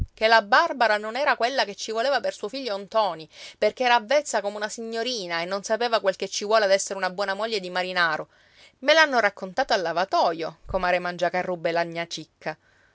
che la barbara non era quella che ci voleva per suo figlio ntoni perché era avvezza come una signorina e non sapeva quel che ci vuole ad essere una buona moglie di marinaro me l'hanno raccontato al lavatoio comare mangiacarrubbe e la